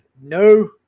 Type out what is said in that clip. no